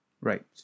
Right